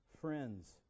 friends